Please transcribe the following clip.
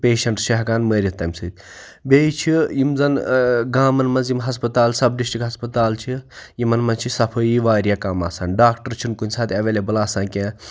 تہٕ پیشَنٹس چھِ ہیٚکان مٔرِتھ تمہِ سۭتۍ بیٚیہِ چھِ یِم زَن گامَن مَنٛز یِم ہَسپَتال سَب ڈِشٹرک ہَسپَتال چھِ یِمَن مَنٛز چھِ صَفٲیی واریاہ کم آسان ڈاکٹر چھنہٕ کُنہِ ساتہٕ ایویلیبل آسان کینٛہہ